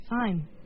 Fine